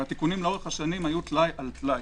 התיקונים לאורך השנים היו טלאי על טלאי.